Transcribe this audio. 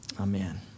amen